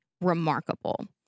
remarkable